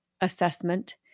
assessment